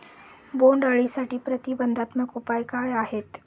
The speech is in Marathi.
बोंडअळीसाठी प्रतिबंधात्मक उपाय काय आहेत?